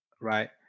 right